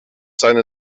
seine